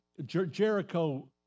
Jericho